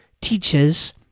teaches